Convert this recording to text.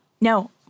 No